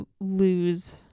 lose